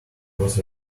was